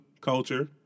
culture